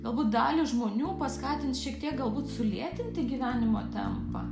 galbūt dalį žmonių paskatins šiek tiek galbūt sulėtinti gyvenimo tempą